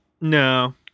No